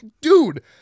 Dude